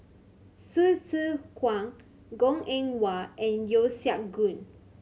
Hsu Tse Kwang Goh Eng Wah and Yeo Siak Goon